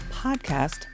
podcast